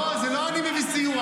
לא, זה לא אני שמביא סיוע.